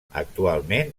actualment